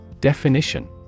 Definition